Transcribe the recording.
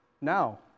now